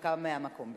הנמקה מהמקום.